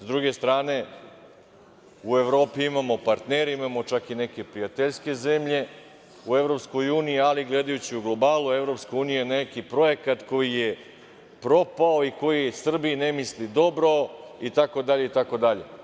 S druge strane, u Evropi imamo partnere, imamo čak i neke prijateljske zemlje u EU, ali, gledajući u globalu EU neki projekat koji je propao i koji Srbiji ne misli dobro, itd, itd.